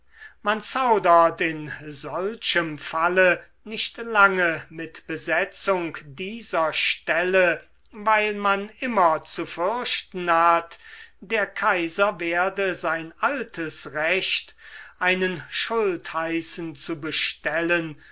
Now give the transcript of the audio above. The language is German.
man zaudert in solchem falle nicht lange mit besetzung dieser stelle weil man immer zu fürchten hat der kaiser werde sein altes recht einen schultheißen zu bestellen